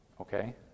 Okay